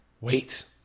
Wait